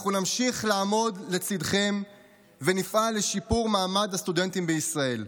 אנחנו נמשיך לעמוד לצידכם ונפעל לשיפור מעמד הסטודנטים בישראל.